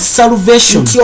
salvation